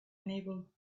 unable